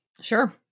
Sure